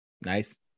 Nice